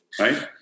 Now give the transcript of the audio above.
right